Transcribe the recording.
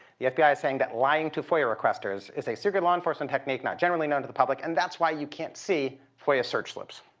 the fbi is saying that lying to foia requesters is a secret law enforcement technique not generally known to the public and that's why you can't see foia search slips.